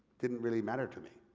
didn't really matter to me.